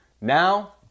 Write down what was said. Now